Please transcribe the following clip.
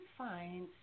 find